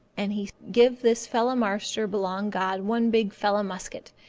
and he give this fella marster belong god one big fella musket,